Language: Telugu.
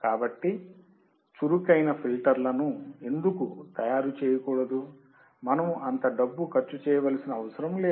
కాబట్టి చురుకైన ఫిల్టర్లను ఎందుకు తయారు చేయకూడదు మనము అంత డబ్బు ఖర్చు చేయవలసిన అవసరం లేదు